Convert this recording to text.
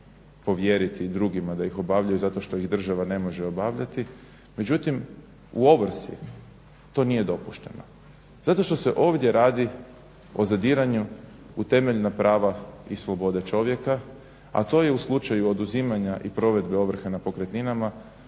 povjeriti drugima da ih obavljaju zato što ih država ne može obavljati međutim u ovrsi to nije dopušteno. Zato što se ovdje radi o zadiranju u temeljna prava i slobode čovjeka, a to je u slučaju oduzimanja i provedbe ovrhe na pokretninama